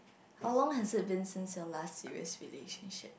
how long has it been since your last serious relationship